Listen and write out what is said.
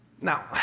Now